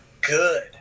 good